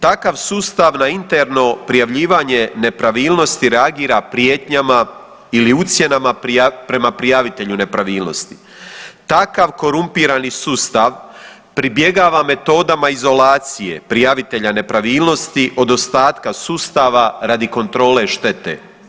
Takav sustav na interno prijavljivanje nepravilnosti reagira prijetnjama ili ucjenama prema prijavitelju nepravilnosti, takav korumpirani sustav pribjegava metodama izolacije prijavitelja nepravilnosti od ostatka sustava radi kontrole štete.